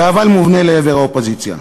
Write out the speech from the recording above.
והאבל מופנה לעבר האופוזיציה,